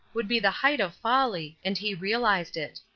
would be the height of folly, and he realized it.